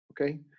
okay